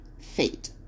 fate